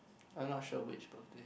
I'm not sure which birthday